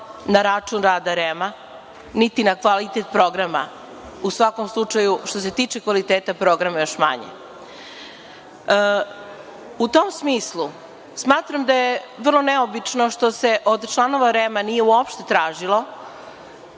na račun rada REM-a, niti na kvalitet programa. U svakom slučaju, što se tiče kvaliteta programa, još manje. U tom smislu smatram da je vrlo neobično što se od članova REM-a nije uopšte tražilo